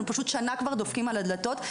אנחנו פשוט כבר שנה דופקים על הדלתות.